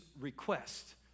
request